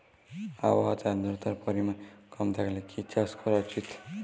আবহাওয়াতে আদ্রতার পরিমাণ কম থাকলে কি চাষ করা উচিৎ?